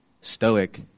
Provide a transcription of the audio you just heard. stoic